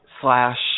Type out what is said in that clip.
slash